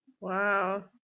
Wow